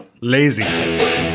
lazy